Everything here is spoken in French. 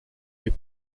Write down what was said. mais